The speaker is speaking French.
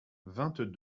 vingt